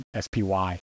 SPY